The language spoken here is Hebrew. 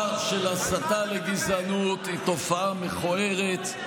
של הסתה לגזענות היא תופעה מכוערת,